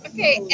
Okay